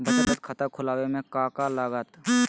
बचत खाता खुला बे में का का लागत?